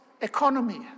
economy